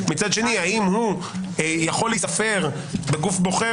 מצד שני האם הוא יכול להיספר בגוף בוחר